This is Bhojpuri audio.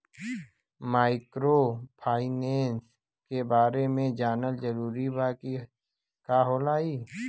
माइक्रोफाइनेस के बारे में जानल जरूरी बा की का होला ई?